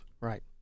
Right